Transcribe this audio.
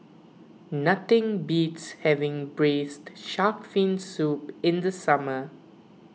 nothing beats having Braised Shark Fin Soup in the summer